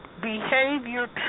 behavior